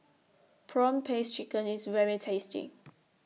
Prawn Paste Chicken IS very tasty